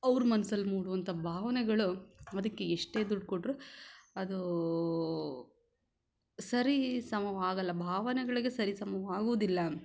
ಅವರ ಮನಸಲ್ಲಿ ಮೂಡುವಂಥ ಭಾವನೆಗಳು ಅದಕ್ಕೆ ಎಷ್ಟೇ ದುಡ್ಡು ಕೊಟ್ಟರೂ ಅದು ಸರಿಸಮವಾಗಲ್ಲ ಭಾವನೆಗಳಿಗೆ ಸರಿಸಮವಾಗುವುದಿಲ್ಲ